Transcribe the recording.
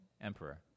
emperor